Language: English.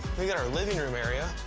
look at our living room area.